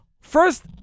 First